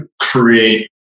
create